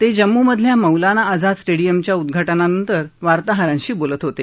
ते जम्मू मधल्या मौलाना आझाद स्टेडियमच्या उद्घाटनानंतर वार्ताहरांशी बोलत होते